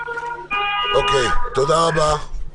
תודה רבה.